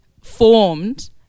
formed